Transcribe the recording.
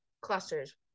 clusters